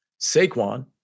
Saquon